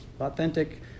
authentic